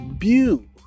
view